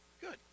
good